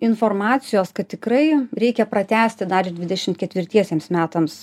informacijos kad tikrai reikia pratęsti dar ir dvidešimt ketvirtiesiems metams